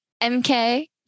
MK